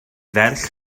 ferch